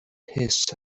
his